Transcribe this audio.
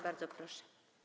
Bardzo proszę.